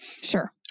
Sure